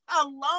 alone